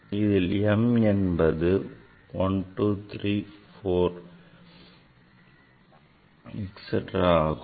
இதில் m என்பது m is 1 2 3 4 5 ஆகும்